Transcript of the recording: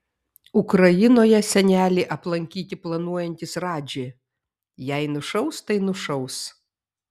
ukrainoje senelį aplankyti planuojantis radži jei nušaus tai nušaus